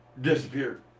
disappeared